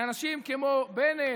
מאנשים כמו בנט,